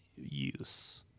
use